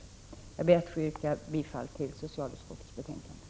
Jag ber att få yrka bifall till socialutskottets hemställan.